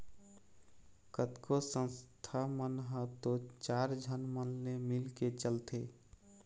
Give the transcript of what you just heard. कतको संस्था मन ह तो चार झन मन ले मिलके चलथे